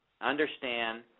understand